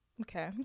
okay